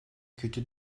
kötü